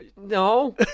No